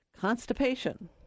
Constipation